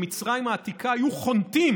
במצרים העתיקה היו חונטים.